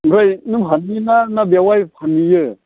ओमफ्राय नों फानहैयो ना बेवाइ फानहैयो